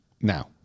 now